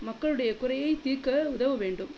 மக்களுடைய குறையை தீர்க்க உதவ வேண்டும்